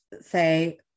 say